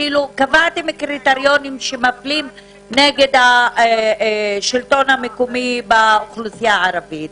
כאילו קבעתם קריטריונים שמפלים נגד השלטון המקומי באוכלוסייה הערבית.